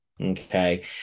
okay